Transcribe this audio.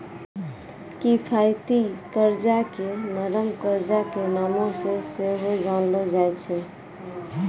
किफायती कर्जा के नरम कर्जा के नामो से सेहो जानलो जाय छै